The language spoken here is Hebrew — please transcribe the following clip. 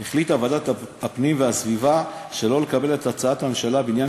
על כך החליטה ועדת הפנים והגנת הסביבה שלא לקבל את הצעת הממשלה בעניין